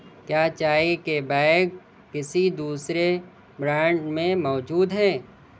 کیا چائے کے بیگ کسی دوسرے برانڈ میں موجود ہیں